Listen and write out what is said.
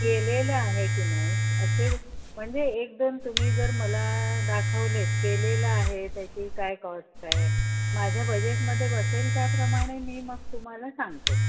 केलेलं आहे की नाही असेल म्हणजे एक दोन तुम्ही जर मला दाखवलेत केलेलं आहे त्याची काय कॉस्ट आहे माझ्या बजेटमध्ये बसेल त्याप्रमाणे मी मग तुम्हाला सांगते